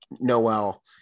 Noel